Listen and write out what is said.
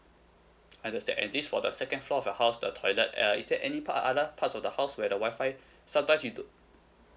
understand and this for the second floor of your house the toilet uh is there any part other parts of the house where the Wi-Fi sometimes you do